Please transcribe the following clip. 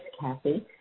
Kathy